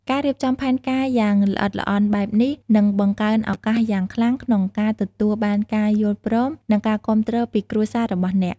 ការរៀបចំផែនការយ៉ាងល្អិតល្អន់បែបនេះ នឹងបង្កើនឱកាសយ៉ាងខ្លាំងក្នុងការទទួលបានការយល់ព្រម និងការគាំទ្រពីគ្រួសាររបស់អ្នក។